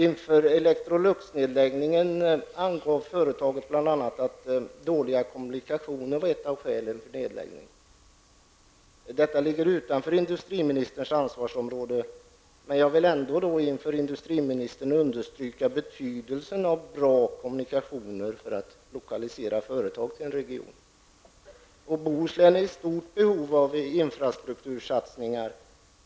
Inför Electroluxnedläggning anförde företaget bl.a. att dåliga kommunikationer var ett av skälen för nedläggningen. Detta ligger utanför industriministerns ansvarsområde, men jag vill ändå för industriministern understryka betydelsen av bra kommunikationer för att lokalisera företag till en region. Bohuslän är i stort behov av en infrastruktursatsning.